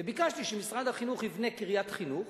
וביקשתי שמשרד החינוך יבנה קריית חינוך